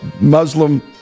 Muslim